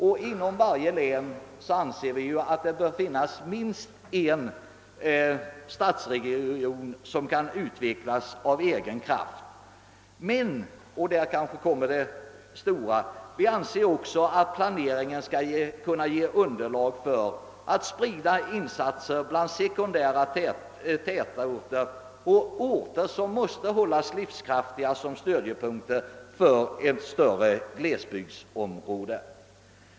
Vi anser att det inom varje län bör finnas minst en stadsregion som kan utvecklas av egen kraft. Men — och det är kanske den stora frågan — vi anser också att planeringen skall kunna ge underlag för spridande av insatser bland sekundära tätorter och orter som måste hållas livskraftiga som stödjepunkter för ett större glesbygdsområde.